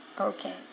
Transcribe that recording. Okay